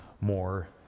more